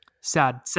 sad